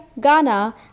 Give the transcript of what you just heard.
Ghana